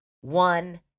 one